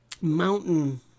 Mountain